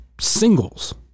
singles